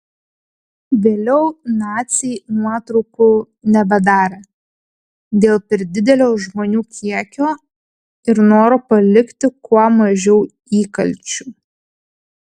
vėliau naciai nuotraukų nebedarė dėl per didelio žmonių kiekio ir noro palikti kuo mažiau įkalčių